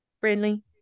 friendly